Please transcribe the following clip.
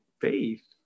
faith